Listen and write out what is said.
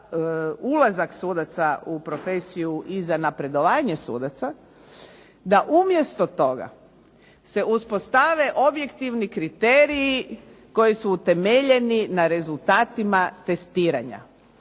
ulazak sudaca u profesiju i za napredovanje sudaca da umjesto toga se uspostave objektivni kriteriji koji su utemeljeni na rezultatima testiranja.